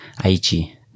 Aichi